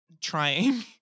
trying